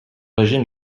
régime